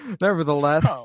Nevertheless